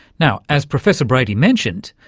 now, as professor brady mentioned,